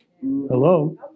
Hello